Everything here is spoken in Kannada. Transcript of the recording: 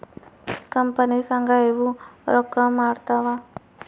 ಕಂಪನಿ ಸಂಘ ಇವು ರೊಕ್ಕ ಮಾಡ್ತಾವ